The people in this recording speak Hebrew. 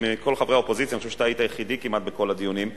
שמכל חברי האופוזיציה אני חושב שאתה היית היחידי כמעט בכל הדיונים,